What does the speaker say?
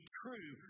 true